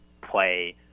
play